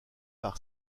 par